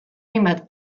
hainbat